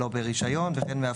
ולא ברישיון,